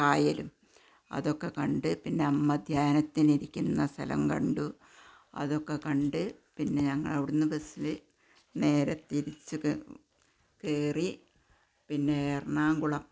കായലും അതൊക്കെ കണ്ട് പിന്നെ അമ്മ ധ്യാനത്തിനിരിക്കുന്ന സ്ഥലം കണ്ടു അതൊക്കെ കണ്ട് പിന്നെ ഞങ്ങള് അവിടെ നിന്ന് ബസ്സിൽ നേരെ തിരിച്ചു കേ കയറി പിന്നെ എറണാകുളം